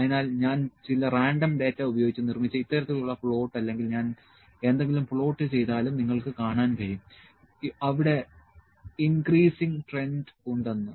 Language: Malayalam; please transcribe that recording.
അതിനാൽ ഞാൻ ചില റാൻഡം ഡാറ്റ ഉപയോഗിച്ച് നിർമ്മിച്ച ഇത്തരത്തിലുള്ള പ്ലോട്ട് അല്ലെങ്കിൽ ഞാൻ എന്തെങ്കിലും പ്ലോട്ട് ചെയ്താലും നിങ്ങൾക്ക് കാണാൻ കഴിയും അവിടെ ഇന്ക്രീസിങ് ട്രെൻഡ് ഉണ്ടെന്ന്